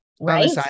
Right